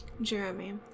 jeremy